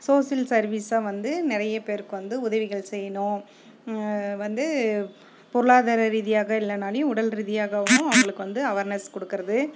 social சர்வீஸாக வந்து நிறைய பேருக்கு வந்து உதவிகள் செய்யணும் வந்து பொருளாதார ரீதியாக இல்லைனாலியும் உடல் ரீதியாகவும் அவர்களுக்கு வந்து அவார்னஸ் கொடுக்கறது